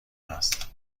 است